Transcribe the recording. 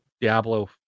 Diablo